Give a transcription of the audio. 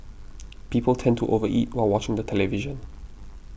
people tend to over eat while watching the television